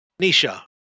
Nisha